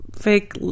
fake